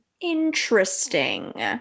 interesting